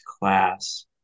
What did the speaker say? class